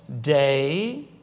day